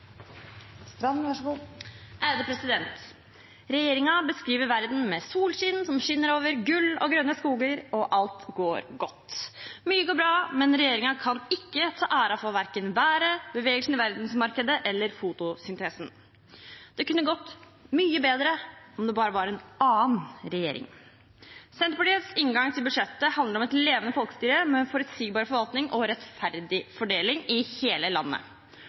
beskriver verden med solskinn som skinner over gull og grønne skoger, og at alt går godt. Mye går bra, men regjeringen kan ikke ta æren for verken været, bevegelsene i verdensmarkedet eller fotosyntesen. Det kunne gått mye bedre om det bare var en annen regjering. Senterpartiets inngang til budsjettet handler om et levende folkestyre, med forutsigbar forvaltning og rettferdig fordeling i hele landet.